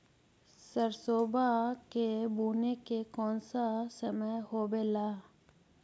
सरसोबा के बुने के कौन समय होबे ला?